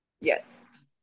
yes